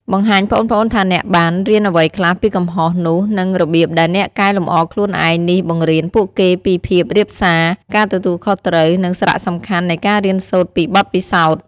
បង្ហាញប្អូនៗថាអ្នកបាន រៀនអ្វីខ្លះពីកំហុស នោះ និងរបៀបដែលអ្នកកែលម្អខ្លួនឯងនេះបង្រៀនពួកគេពីភាពរាបសារ ការទទួលខុសត្រូវ និងសារៈសំខាន់នៃការរៀនសូត្រពីបទពិសោធន៍ ។